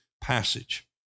passage